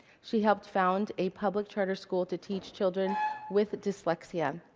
she helped found a public charter school to teach children with dyslexia.